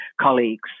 colleagues